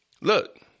look